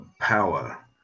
power